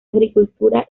agricultura